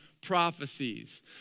prophecies